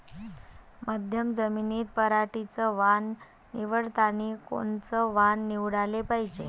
मध्यम जमीनीत पराटीचं वान निवडतानी कोनचं वान निवडाले पायजे?